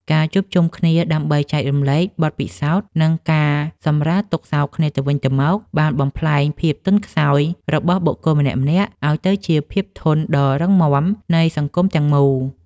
ការជួបជុំគ្នាដើម្បីចែករំលែកបទពិសោធន៍ និងការសម្រាលទុក្ខសោកគ្នាទៅវិញទៅមក បានបំប្លែងភាពទន់ខ្សោយរបស់បុគ្គលម្នាក់ៗ ឱ្យទៅជាភាពធន់ដ៏រឹងមាំនៃសង្គមទាំងមូល។